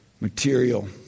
material